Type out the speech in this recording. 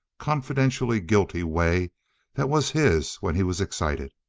confidentially guilty way that was his when he was excited.